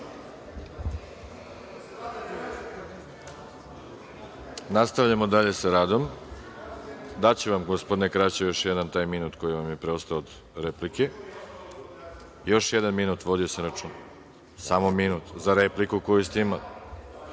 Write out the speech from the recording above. mesta: Koliko mi je ostalo?)Daću vam, gospodine Krasiću, još jedan taj minut koji vam je preostao od replike. Još jedan minut vodio sam računa. Samo minut za repliku koju ste imali. Molio